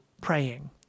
praying